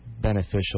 beneficial